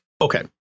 Okay